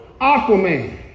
Aquaman